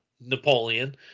Napoleon